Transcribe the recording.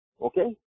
Okay